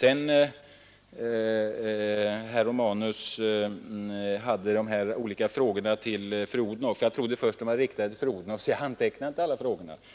Vidare talade herr Romanus om de frågor han ställde till fru Odhnoff. Jag trodde först att de var riktade till statsrådet och därför antecknade jag dem inte.